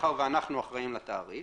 ומאחר ואנחנו אחראים לתעריף